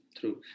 true